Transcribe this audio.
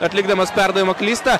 atlikdamas perdavimą klysta